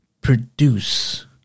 produce